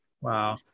Wow